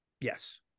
Yes